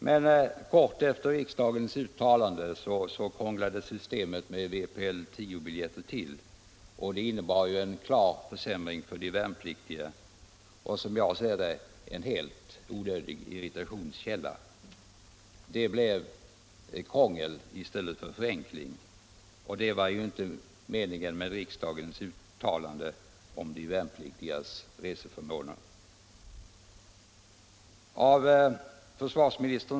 Men kort efter riksdagens uttalande krånglades systemet med vpl 10 biljetter till, och det innebar en klar försämring för de värnpliktiga.